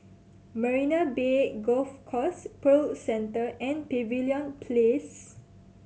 Marina Bay Golf Course Pearl Centre and Pavilion Place